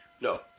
No